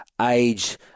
age